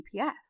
GPS